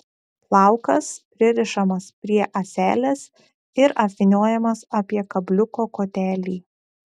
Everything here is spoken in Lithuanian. plaukas pririšamas prie ąselės ir apvyniojamas apie kabliuko kotelį